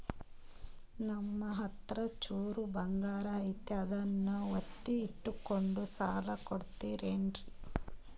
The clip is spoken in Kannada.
ನಮ್ಮಹತ್ರ ಚೂರು ಬಂಗಾರ ಐತಿ ಅದನ್ನ ಒತ್ತಿ ಇಟ್ಕೊಂಡು ಸಾಲ ಕೊಡ್ತಿರೇನ್ರಿ?